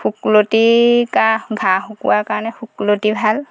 শুকলতি কাহ ঘা শুকোৱাৰ কাৰণে শুকলতি ভাল